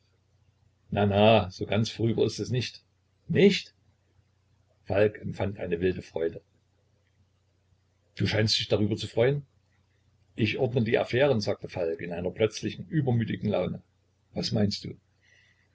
na so ganz vorüber ist es nicht nicht falk empfand eine wilde freude du scheinst dich darüber zu freuen ich ordne die affären sagte falk mit einer plötzlichen übermütigen laune was meinst du